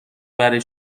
برای